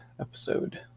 episode